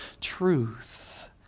truth